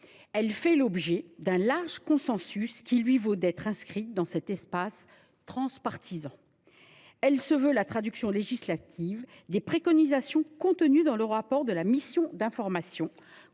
Elle fait l’objet d’un large consensus, ce qui lui vaut d’être inscrite dans un espace transpartisan. Ce texte constitue la traduction législative des recommandations formulées dans le rapport de la mission d’information